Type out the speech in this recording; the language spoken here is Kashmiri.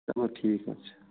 چلو ٹھیٖک حظ چھِ